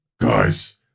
Guys